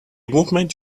movement